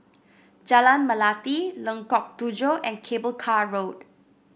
Jalan Melati Lengkok Tujoh and Cable Car Road